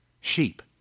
Sheep